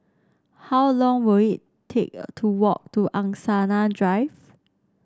how long will it take to walk to Angsana Drive